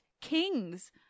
kings